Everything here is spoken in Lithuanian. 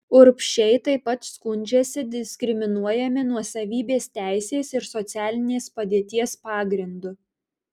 urbšiai taip pat skundžiasi diskriminuojami nuosavybės teisės ir socialinės padėties pagrindu